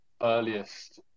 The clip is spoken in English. earliest